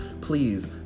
please